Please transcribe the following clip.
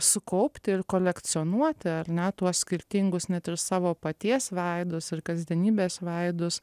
sukaupti ir kolekcionuoti ar ne tuos skirtingus net ir savo paties veidus ir kasdienybės veidus